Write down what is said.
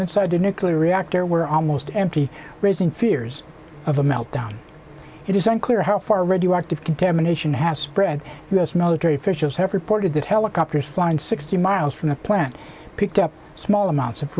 inside the nuclear reactor were almost empty raising fears of a meltdown it is unclear how far radioactive contamination has spread u s military officials have reported that helicopters flying sixty miles from the plant picked up small amounts of